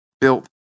built